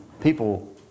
People